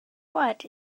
what